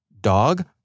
Dog